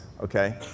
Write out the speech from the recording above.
Okay